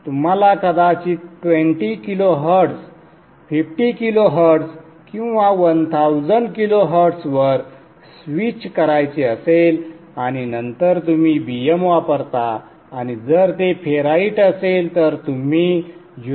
तुम्हाला कदाचित 20 kilohertz 50 kilohertz किंवा 1000 किलोहर्ट्झवर स्विच करायचे असेल आणि नंतर तुम्ही Bm वापरता आणि जर ते फेराइट असेल तर तुम्ही 0